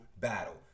battle